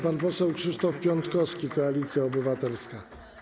Pan poseł Krzysztof Piątkowski, Koalicja Obywatelska.